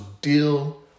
deal